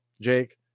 Jake